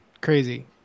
crazy